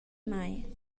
mai